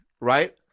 right